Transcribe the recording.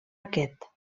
aquest